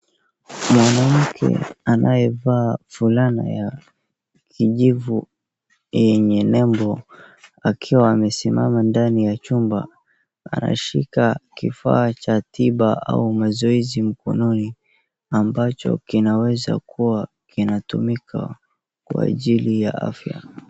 Mwanamke anayevaa fulana ya kijivu yenye nembo akiwa amesimama ndani ya chumba. Anashika kifaa cha tiba au mazoezi mkononi ambacho kinaweza kuwa kinatumika kwa ajili ya afya.